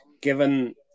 given